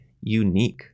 unique